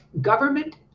government